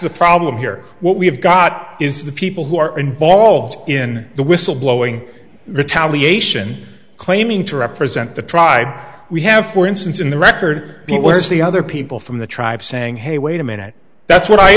the problem here what we have got is the people who are involved in the whistle blowing retaliation claiming to represent the tribe we have for instance in the record it was the other people from the tribe saying hey wait a minute that's what i